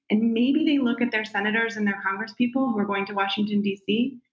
and maybe they look at their senators and their congress people who are going to washington, d. c,